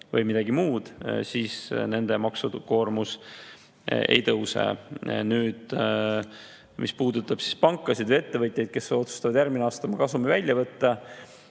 teha midagi muud, siis nende maksukoormus ei tõuse. Nüüd, mis puudutab pankasid või ettevõtjaid, kes otsustavad järgmisel aastal kasumi välja võtta.